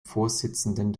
vorsitzenden